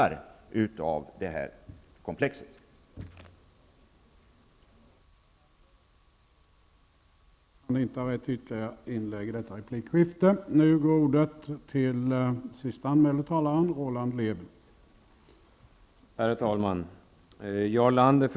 Tredje vice talmannen anmälde att Jarl Lander anhållit att till protokollet få antecknat att han inte ägde rätt till ytterligare replik.